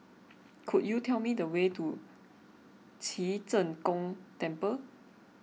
could you tell me the way to Ci Zheng Gong Temple